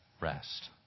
rest